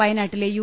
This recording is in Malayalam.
വയനാട്ടിലെ യു